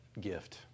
gift